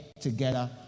together